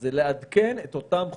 זה לעדכן את אותם חוקים,